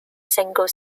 single